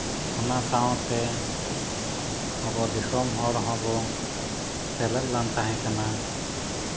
ᱚᱱᱟ ᱥᱟᱶᱛᱮ ᱟᱵᱚ ᱫᱤᱥᱚᱢ ᱦᱚᱲ ᱦᱚᱸᱵᱚᱱ ᱥᱮᱞᱮᱫ ᱞᱮᱱ ᱛᱟᱦᱮᱸ ᱠᱟᱱᱟ